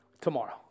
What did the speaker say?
Tomorrow